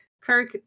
kirk